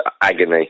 agony